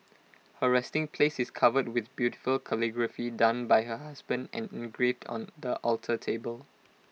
her resting places is covered with beautiful calligraphy done by her husband and engraved on the alter table